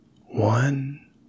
One